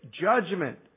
judgment